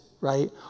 right